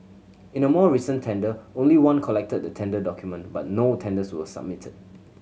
in a more recent tender only one collected the tender document but no tenders were submitted